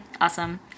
awesome